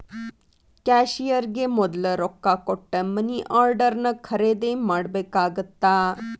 ಕ್ಯಾಶಿಯರ್ಗೆ ಮೊದ್ಲ ರೊಕ್ಕಾ ಕೊಟ್ಟ ಮನಿ ಆರ್ಡರ್ನ ಖರೇದಿ ಮಾಡ್ಬೇಕಾಗತ್ತಾ